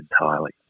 entirely